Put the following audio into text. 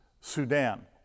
Sudan